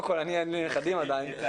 אבל